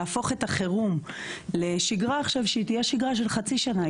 להפוך את החירום לשגרה עכשיו שהיא תהיה שגרה של חצי שנה.